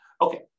Okay